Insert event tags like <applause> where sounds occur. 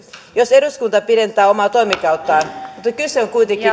jos eduskunta pidentää omaa toimikauttaan mutta kyse on kuitenkin <unintelligible>